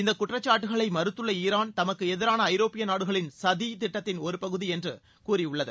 இந்தக் குற்றச்சாட்டுகளை மறுத்துள்ள ஈரான் தமக்கு எதிரான ஐரோப்பிய நாடுகளின் சதி திட்டத்தின் ஒரு பகுதி இது என்று கூறியுள்ளது